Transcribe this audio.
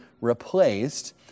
replaced